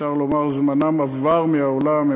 אפשר לומר שזמנם עבר מהעולם.